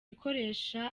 ikoresha